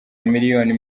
miliyoni